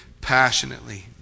passionately